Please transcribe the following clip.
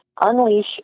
Unleash